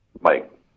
Mike